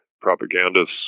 propagandists